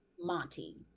Monty